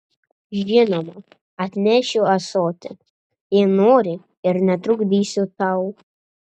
žinoma atnešiu ąsotį jei nori ir netrukdysiu tau